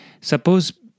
Suppose